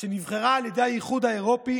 שנבחרה על ידי האיחוד האירופי